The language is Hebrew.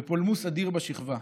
לפולמוס אדיר בשכבה.